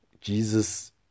Jesus